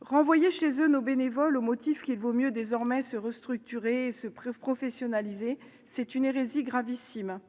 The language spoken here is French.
Renvoyer chez eux nos bénévoles au motif qu'il vaut mieux désormais se restructurer et se professionnaliser est une hérésie gravissime.